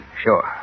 Sure